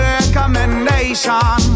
recommendation